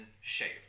shaved